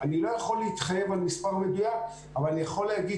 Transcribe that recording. אני דוד גל,